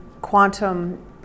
quantum